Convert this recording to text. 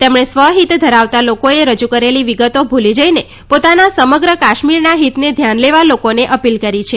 તેમણે સ્વ હિત ધરાવતા લોકોએ રજૂ કરેલી વિગતો ભુલી જઈને પોતાના સમગ્ર કાશ્મીરના હિતને ધ્યાન લેવા લોકોને અપીલ કરી છે